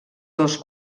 dos